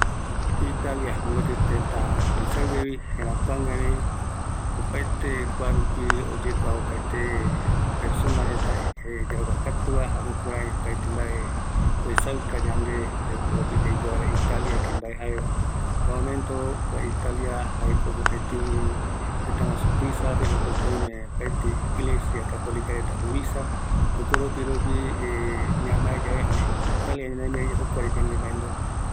Italia, mopeti teta tuisaguevi, gerakuaguevi, opaete kuarupí oyekua opaete persona reta, jae yarakua katu va, jare jukurei opaete mbae uesauka yande jokoropi yaiko vaera, Italia que mbae jaeva, kua momento kua Italia ko jae tetaguasu tuisa va, jokope oime mopeti iglesia catolica reta, jokoropi ropi ñamae yave, erei Italia re ñamae yave jokuare ñamae.